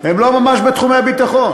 הם לא ממש בתחומי הביטחון,